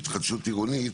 התחדשות עירונית,